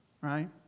right